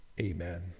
Amen